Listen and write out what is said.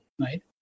right